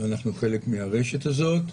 ואנחנו חלק מהרשת הזאת,